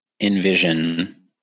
envision